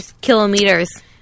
kilometers